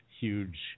huge